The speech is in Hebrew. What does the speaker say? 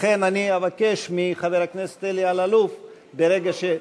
לכן, אני אבקש מחבר הכנסת אלי אלאלוף לא, לא.